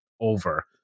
over